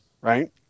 right